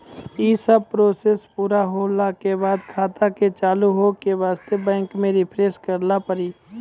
यी सब प्रोसेस पुरा होला के बाद खाता के चालू हो के वास्ते बैंक मे रिफ्रेश करैला पड़ी?